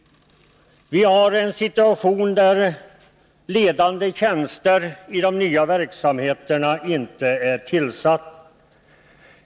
Vi har en situation där ledande tjänster i de nya verksamheterna inte är tillsatta.